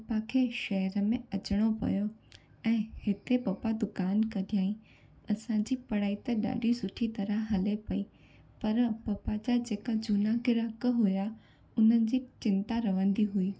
papa खे शहर में अचिणो पयो ऐं हिते पपा दुकानु कढईं असांजी पढ़ाई ते ॾाढी सुठी तरह हले पई पर पपा जा जेका झूना गिराक हुआ हुन जी चिंता रहंदी हुई